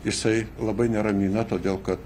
jisai labai neramina todėl kad